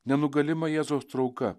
nenugalima jėzaus trauka